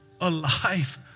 alive